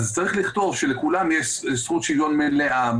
אז צריך לכתוב שלכולם יש זכות שוויון מלאה,